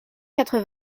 quatre